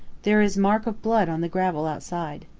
there is mark of blood on the gravel outside.